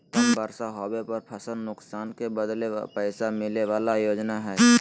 कम बर्षा होबे पर फसल नुकसान के बदले पैसा मिले बला योजना हइ